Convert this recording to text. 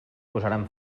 posaran